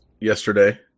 yesterday